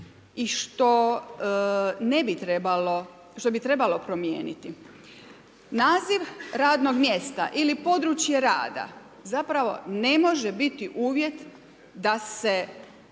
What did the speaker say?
što bi trebalo promijeniti. Naziv radnog mjesta ili područje rada zapravo ne može biti uvjet da se